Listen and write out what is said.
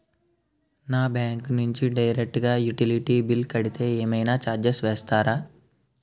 నా బ్యాంక్ నుంచి డైరెక్ట్ గా యుటిలిటీ బిల్ కడితే ఏమైనా చార్జెస్ వేస్తారా?